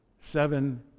seven